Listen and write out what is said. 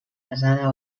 pesada